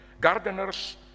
gardeners